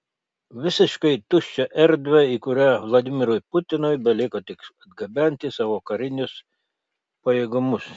visiškai tuščią erdvę į kurią vladimirui putinui beliko tik atgabenti savo karinius pajėgumus